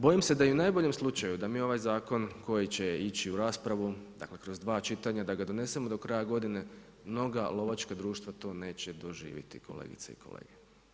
Bojim se da i u najboljem slučaju da mi ovaj zakon koji će ići u raspravu, dakle kroz dva čitanja da ga donesemo do kraja godine, mnoga lovačka društva to neće doživjeti kolegice i kolege.